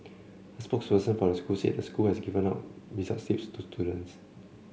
a spokesperson for the school said the school has given out the results slips to students